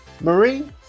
Marie